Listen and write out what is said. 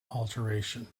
alteration